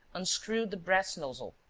unscrewed the brass nozzle,